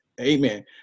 Amen